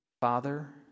Father